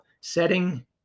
setting